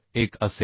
1 असेल